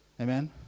Amen